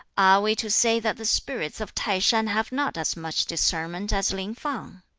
are we to say that the spirits of t'ai-shan have not as much discernment as lin fang?